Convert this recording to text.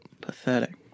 pathetic